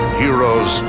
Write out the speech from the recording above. heroes